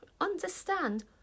understand